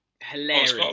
hilarious